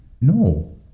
No